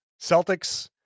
Celtics